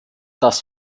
das